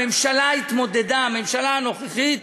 הממשלה הנוכחית